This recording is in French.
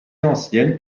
ancienne